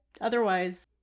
otherwise